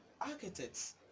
architects